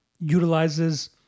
utilizes